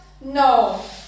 No